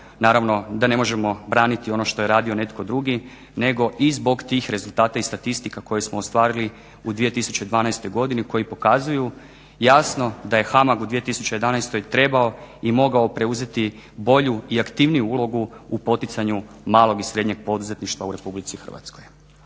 naravno da ne možemo braniti ono što je radio netko drugi nego i zbog tih rezultata i statistika koje smo ostvarili u 2012. godini koji pokazuju jasno da je HAMAG u 2011. trebao i mogao preuzeti bolju i aktivniju ulogu u poticanju malog i srednjeg poduzetništva u Republici Hrvatskoj.